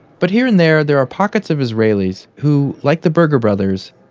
but here and there they're pockets of israelis who, like the berger brothers,